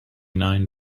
nine